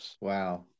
Wow